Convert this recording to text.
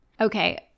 Okay